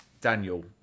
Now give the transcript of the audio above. Daniel